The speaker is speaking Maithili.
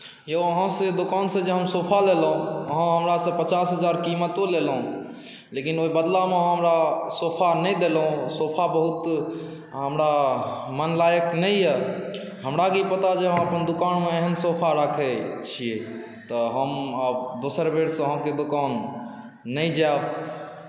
यौ अहाँके दोकानसँ जे सोफा लेलहुँ अहाँ हमरासँ पचास हजार कीमतो लेलहुँ लेकिन ओहि बदलामे अहाँ हमरा सोफा नहि देलहुँ सोफा बहुत हमरा मन लायक नहि यए हमरा की पता जे अहाँ अपन दोकानमे एहन सोफा राखैत छियै तऽ हम आब दोसर बेरसँ अहाँके दोकान नहि जायब